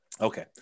Okay